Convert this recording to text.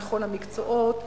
מכל המקצועות.